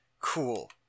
cool